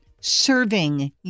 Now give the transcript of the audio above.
serving